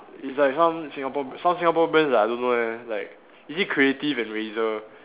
it's like some Singapore b~ some Singapore brands that I don't know leh like is it Creative and Razer